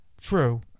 True